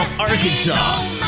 Arkansas